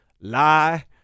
lie